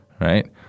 Right